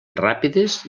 ràpides